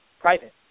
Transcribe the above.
private